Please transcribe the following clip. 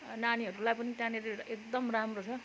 नानीहरूलाई पनि त्यहाँनिर एकदम राम्रो छ